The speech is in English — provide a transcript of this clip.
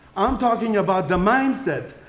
i'm talking about the mindset,